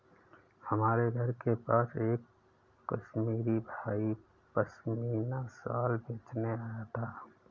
हमारे घर के पास एक कश्मीरी भाई पश्मीना शाल बेचने आया था